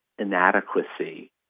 inadequacy